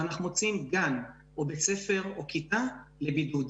ואנחנו מוציאים גן או בית ספר או כיתה לבידוד.